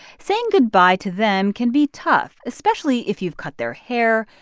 saying goodbye to them can be tough, especially if you've cut their hair,